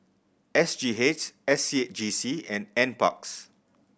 S G H S C G C and Nparks